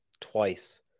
twice